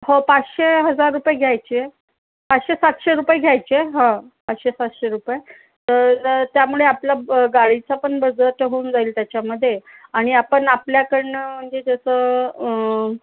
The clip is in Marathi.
हो पाचशे हजार रुपये घ्यायचे पाचशे सातशे रुपये घ्यायचे हो पाचशे सातशे रुपये तर त्यामुळे आपला गाडीच्या पण बजट होऊन जाईल त्याच्यामध्ये आणि आपण आपल्याकडनं म्हणजे जसं